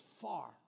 far